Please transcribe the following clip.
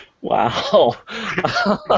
Wow